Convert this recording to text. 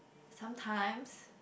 sometimes